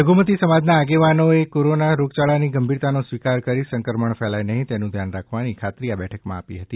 લધુમતી સમાજના આગેવાનો એ કોરોના રોગયાળાની ગંભીરતાનો સ્વીકાર કરી સંક્રમણ ફેલાય નહીં તેનું ધ્યાન રાખવાની ખાતરી આ બેઠક માં આપી હતી